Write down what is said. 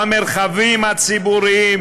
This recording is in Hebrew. במרחבים הציבוריים,